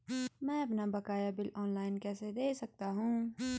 मैं अपना बकाया बिल ऑनलाइन कैसे दें सकता हूँ?